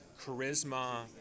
charisma